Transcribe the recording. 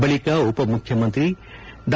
ಬಳಿಕ ಉಪಮುಖ್ಯಮಂತ್ರಿ ಡಾ